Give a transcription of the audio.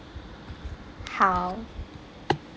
好